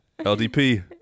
LDP